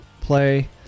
Play